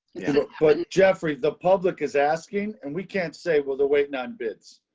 but and jeffrey, the public is asking, and we can't say, well, the waiting on bids.